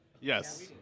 Yes